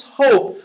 hope